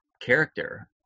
character